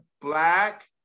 black